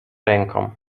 ręką